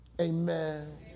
Amen